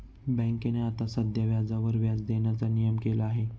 बँकेने आता साध्या व्याजावर व्याज देण्याचा नियम केला आहे